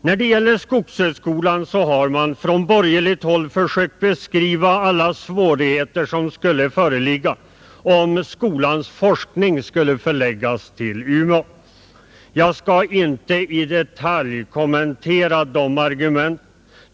När det gäller skogshögskolan har man från borgerligt håll försökt beskriva alla svårigheter som skulle föreligga om skolans forskning förlades till Umeå. Jag skall inte i detalj kommentera de argumenten.